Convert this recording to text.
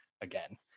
again